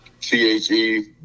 T-H-E